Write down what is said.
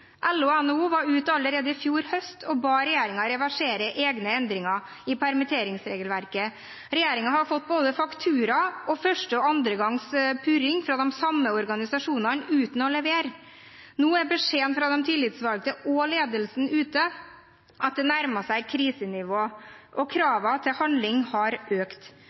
LO og NHO var allerede i fjor høst ute og ba regjeringen reversere egne endringer i permitteringsregelverket. Regjeringen har fått både faktura og første og andre gangs purring fra de samme organisasjonene uten å levere. Nå er beskjeden fra de tillitsvalgte og ledelsen ute at det nærmer seg krisenivå, og kravene til handling har økt.